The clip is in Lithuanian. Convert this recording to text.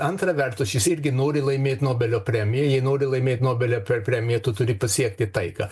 antra vertus šis irgi nori laimėt nobelio premiją jei nori laimėt nobelio premiją tu turi pasiekti taiką